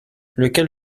lequel